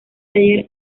taller